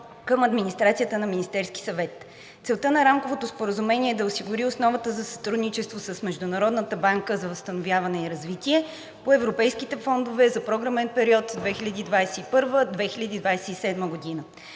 към администрацията на Министерския съвет. Целта на Рамковото споразумение е да се осигури основата за сътрудничество с Международната банка за възстановяване и развитие (МБВР) по Европейските фондове за програмен период 2021 – 2027 г.